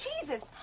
Jesus